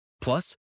Plus